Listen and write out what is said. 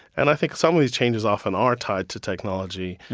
and i think some of these changes often are tied to technology,